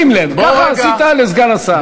שים לב, ככה עשית לסגן השר.